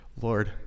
Lord